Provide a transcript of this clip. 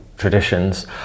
traditions